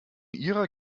ihrer